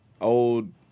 Old